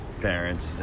parents